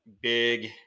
big